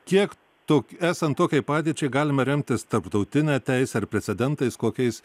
kiek to esant tokiai padėčiai galima remtis tarptautine teise ar precedentais kokiais